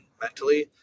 Mentally